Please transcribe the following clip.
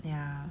ya